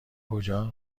کجا